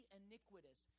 iniquitous